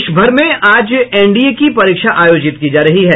देशभर में आज एनडीए की परीक्षा आयोजित की जा रही है